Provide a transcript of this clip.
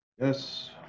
Yes